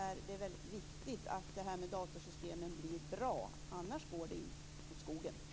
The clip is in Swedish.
Här är det viktigt att datorsystemen blir bra, för annars går det åt skogen. Tack!